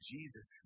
Jesus